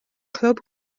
clwb